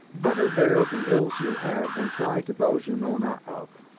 better bear the ills you have than fly to those you know not of.